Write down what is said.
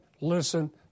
listen